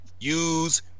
use